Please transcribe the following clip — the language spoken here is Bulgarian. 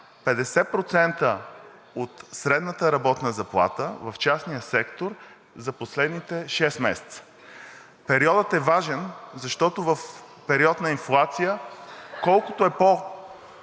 50% от средната работна заплата в частния сектор за последните шест месеца. Периодът е важен, защото в период на инфлация, колкото е